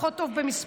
פחות טוב במספרים,